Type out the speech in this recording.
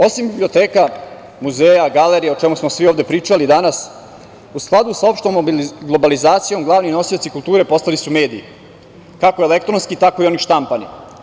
Osim biblioteka, muzeja, galerija, o čemu smo svi ovde pričali danas, u skladu sa opštom globalizacijom glavni nosioci kulture postali su mediji kako elektronski tako i onih štampani.